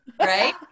right